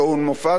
וחבל.